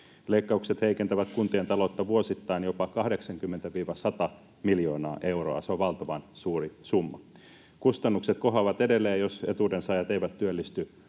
Leikkaukset heikentävät kuntien taloutta vuosittain jopa 80—100 miljoonaa euroa. Se on valtavan suuri summa. Kustannukset kohoavat edelleen, jos etuudensaajat eivät työllisty